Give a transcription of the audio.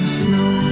snow